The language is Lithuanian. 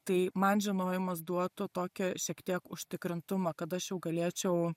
tai man žinojimas duotų tokį šiek tiek užtikrintumą kad aš jau galėčiau